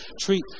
treat